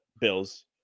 Bills